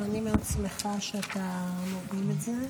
גם אני מאוד שמחה שאתה מוביל את זה.